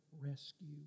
rescue